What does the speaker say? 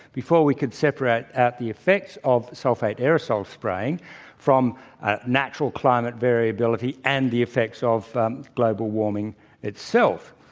before we could sperate out the effects of sulfate aerosols spraying from natural climate variability and the effects of global warming itself.